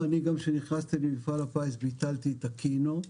כשנכנסתי למפעל הפיס, ביטלתי את הקינו,